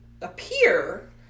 appear